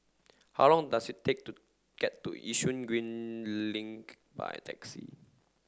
how long does it take to get to Yishun Green Link by taxi